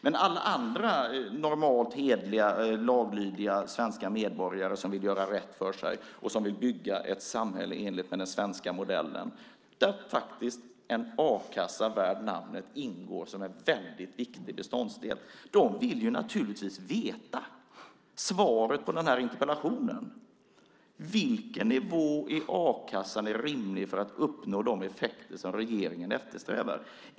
Men alla andra normalt hederliga, laglydiga svenska medborgare som vill göra rätt för sig och bygga ett samhälle enligt den svenska modellen, där faktiskt en a-kassa värd namnet ingår som en väldigt viktig beståndsdel, vill naturligtvis veta svaret på den här interpellationen. Vilken nivå i a-kassan är rimlig för att uppnå de effekter som regeringen eftersträvar?